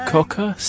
Cocker